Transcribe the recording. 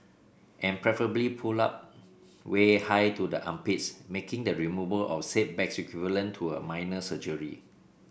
and preferably pulled up way high to the armpits making the removal of said bag equivalent to a minor surgery